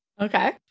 Okay